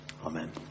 Amen